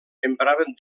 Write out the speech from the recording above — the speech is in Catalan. empraven